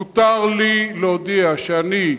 מותר לי להודיע שאני,